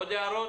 עוד הערות?